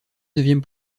neuvième